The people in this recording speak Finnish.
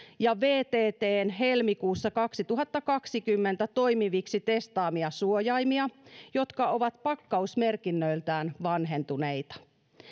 ja vttn helmikuussa kaksituhattakaksikymmentä toimiviksi testaamia suojaimia jotka ovat pakkausmerkinnöiltään vanhentuneita